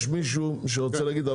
יש מישהו שרוצה להגיד?